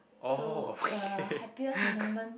so the happiest moment